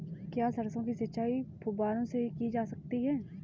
क्या सरसों की सिंचाई फुब्बारों से की जा सकती है?